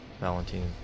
Valentine